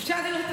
בקריאה השנייה.